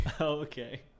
Okay